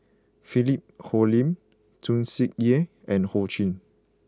Philip Hoalim Tsung Yeh and Ho Ching